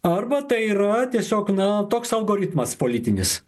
arba tai yra tiesiog na toks algoritmas politinis